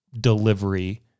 delivery